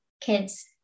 kids